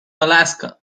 alaska